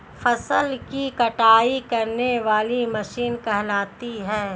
फसल की कटाई करने वाली मशीन कहलाती है?